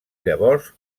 llavors